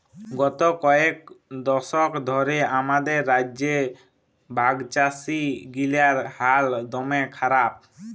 গত কয়েক দশক ধ্যরে আমাদের রাজ্যে ভাগচাষীগিলার হাল দম্যে খারাপ